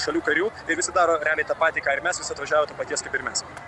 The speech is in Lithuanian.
šalių karių visi daro realiai tą patį ką ir mes visi atvažiavo to paties kaip ir mes